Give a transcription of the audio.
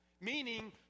meaning